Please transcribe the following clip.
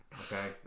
Okay